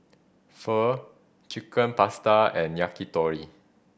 Pho Chicken Pasta and Yakitori